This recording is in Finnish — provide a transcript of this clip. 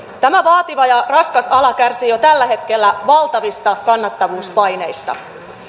tämä vaativa ja raskas ala kärsii jo tällä hetkellä valtavista kannattavuuspaineista